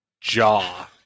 jaw